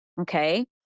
Okay